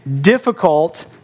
difficult